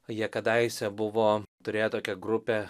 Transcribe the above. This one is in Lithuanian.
jie kadaise buvo turėję tokią grupę